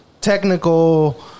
technical